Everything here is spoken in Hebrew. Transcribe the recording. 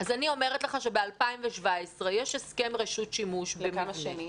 אז אני אומרת לך שב-2017 יש הסכם רשות שימוש במבנה.